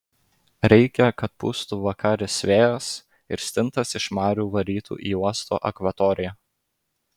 reikia kad pūstų vakaris vėjas ir stintas iš marių varytų į uosto akvatoriją